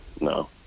No